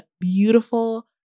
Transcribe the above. beautiful